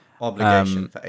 obligation